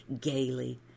gaily